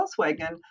Volkswagen